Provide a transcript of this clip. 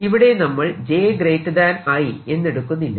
ഇവിടെ നമ്മൾ j i എന്നെടുക്കുന്നില്ല